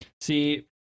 See